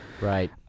Right